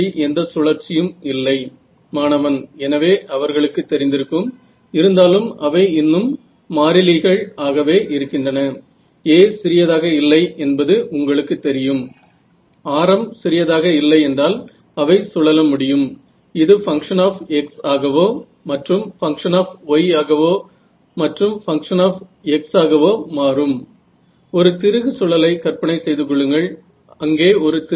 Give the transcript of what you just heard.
विद्यार्थी आपण inverse problem कडे पाहत आहोत आत्ता आपण इनव्हर्स प्रॉब्लेम कडे पाहत आहोत विद्यार्थी इमेजिंग